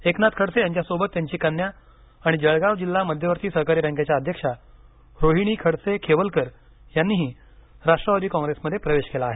एकनाथ खडसे यांच्या सोबत त्यांची कन्या आणि जळगाव जिल्हा मध्यवर्ती सहकारी बँकेच्या अध्यक्षा रोहिणी खडसे खेवलकर यांनीही राष्ट्रवादी कॉग्रेसमध्ये प्रवेश केला आहे